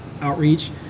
outreach